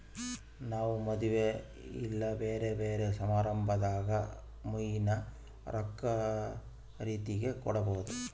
ನಾವು ಮದುವೆಗ ಇಲ್ಲ ಬ್ಯೆರೆ ಬ್ಯೆರೆ ಸಮಾರಂಭದಾಗ ಮುಯ್ಯಿನ ರೊಕ್ಕ ರೀತೆಗ ಕೊಡಬೊದು